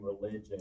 religion